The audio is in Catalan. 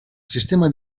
sistema